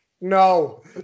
no